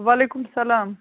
وعلیکُم سلام